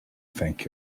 thank